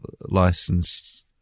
licensed